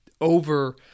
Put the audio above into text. over